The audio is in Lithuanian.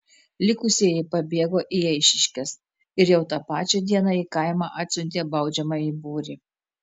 likusieji pabėgo į eišiškes ir jau tą pačią dieną į kaimą atsiuntė baudžiamąjį būrį